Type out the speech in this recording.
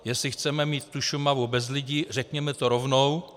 Jestli chceme mít Šumavu bez lidí, řekněme to rovnou.